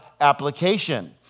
application